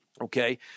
okay